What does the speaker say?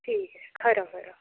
ठीक ऐ खरा